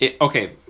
Okay